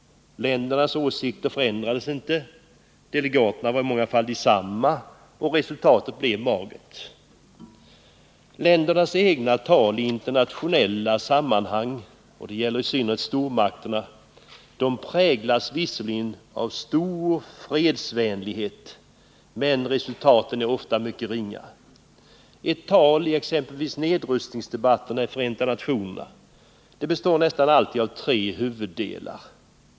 Ländernas åsikter förändrades inte, delegaterna var i många fall desamma, och resultatet blev magert. Ländernas egna tal i internationella sammanhang - det gäller i synnerhet stormakterna — präglas visserligen av stor fredsvänlighet, men resultaten är ofta mycket ringa. Ett tal i exempelvis nedrustningsdebatterna i Förenta nationerna består nästan alltid av tre huvuddelar.